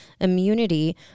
immunity